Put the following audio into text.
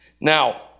Now